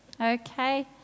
Okay